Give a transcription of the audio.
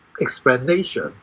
explanation